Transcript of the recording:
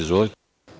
Izvolite.